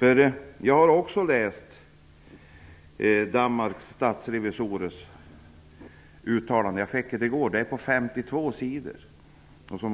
hållas. Jag har också läst Danmarks statsrevisorers uttalande, som jag fick i går. Det är på 52 sidor.